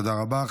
תודה רבה.